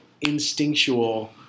instinctual